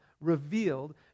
revealed